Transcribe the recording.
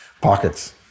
pockets